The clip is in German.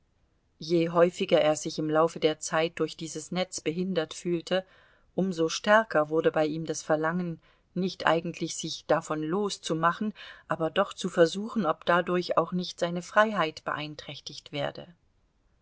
je häufiger er sich im laufe der zeit durch dieses netz behindert fühlte um so stärker wurde bei ihm das verlangen nicht eigentlich sich davon loszumachen aber doch zu versuchen ob dadurch auch nicht seine freiheit beeinträchtigt werde